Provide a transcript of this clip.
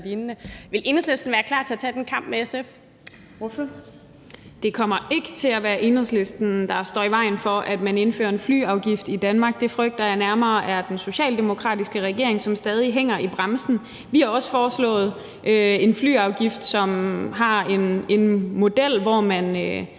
Ordføreren. Kl. 15:42 Mai Villadsen (EL): Det kommer ikke til at være Enhedslisten, der står i vejen for, at man indfører en flyafgift i Danmark. Det frygter jeg nærmere er den socialdemokratiske regering, som stadig hænger i bremsen. Vi har også foreslået en flyafgift ud fra en model, hvor man